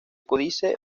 códice